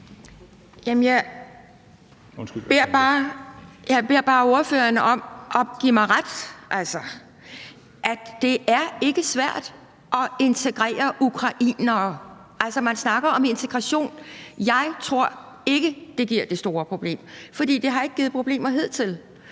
Jeg beder bare ordføreren om at give mig ret. Det er ikke svært at integrere ukrainere. Man snakker om integration. Jeg tror ikke, det giver det store problem, for det har ikke givet problemer hidtil.